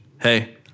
hey